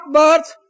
birth